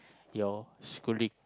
your schooling